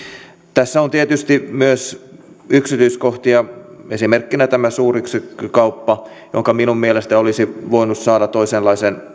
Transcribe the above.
tässä on tietysti myös yksityiskohtia esimerkkinä tämä suuryksikkökauppa joka minun mielestäni olisi voinut saada toisenlaisen